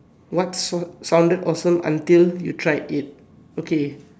what so~ sounded awesome until you tried it okay